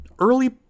early